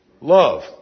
love